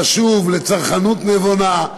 חשוב לצרכנות נבונה,